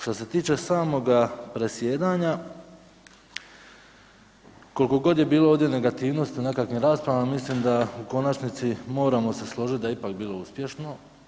Što se tiče samoga predsjedanja koliko god je bilo ovdje negativnosti u nekakvim raspravama, mislim da u konačnici moramo se složiti da je ipak bilo uspješno.